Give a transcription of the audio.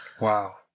Wow